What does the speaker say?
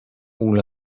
all